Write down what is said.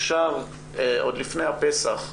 עוד לפני פסח,